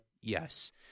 yes